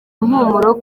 impumuro